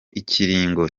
ikiringo